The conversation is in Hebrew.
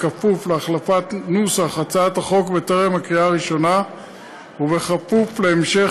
כפוף להחלפת נוסח הצעת החוק בטרם הקריאה הראשונה וכפוף להמשך